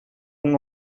ein